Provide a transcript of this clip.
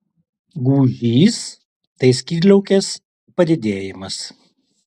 gūžys tai skydliaukės padidėjimas